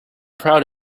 proud